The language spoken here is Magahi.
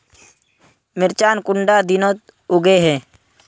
मिर्चान कुंडा दिनोत उगैहे?